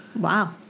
Wow